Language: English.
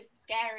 scary